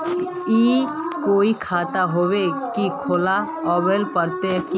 ई कोई खाता होबे है की खुला आबेल पड़ते की?